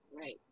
right